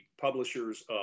publishers